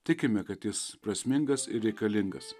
tikime kad jis prasmingas ir reikalingas